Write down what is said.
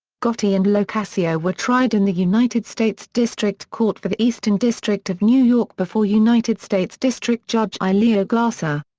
gotti and locascio were tried in the united states district court for the eastern district of new york before united states district judge i. leo glasser.